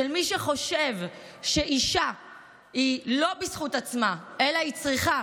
של מי שחושב שאישה היא לא בזכות עצמה אלא היא צריכה